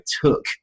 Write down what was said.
took